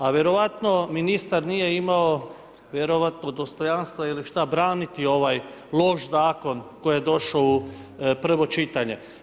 A vjerojatno ministar nije imao vjerojatno dostojanstva ili što braniti ovaj loš zakon koji nje došao u prvo čitanje.